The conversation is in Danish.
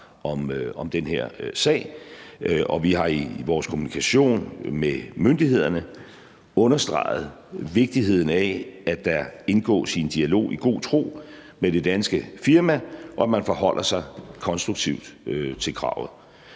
om den her sag, og vi har i vores kommunikation med myndighederne understreget vigtigheden af, at der indgås en dialog i god tro med det danske firma, og at man forholder sig konstruktivt til kravet.